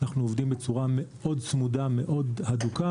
אנחנו עובדים בצורה מאוד צמודה והדוקה.